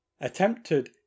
attempted